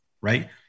right